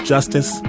Justice